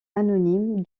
anonyme